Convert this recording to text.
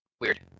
Weird